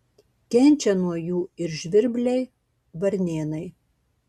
kenčia nuo jų ir žvirbliai varnėnai